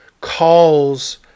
calls